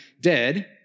dead